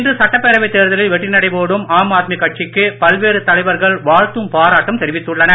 இன்று சட்டப்பேரவை தேர்தலில் வெற்றி நடை போடும் ஆம் ஆத்மி கட்சிக்கு பல்வேறு தலைவர்கள் வாழ்த்தும் பாராட்டும் தெரிவித்துள்ளனர்